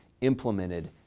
implemented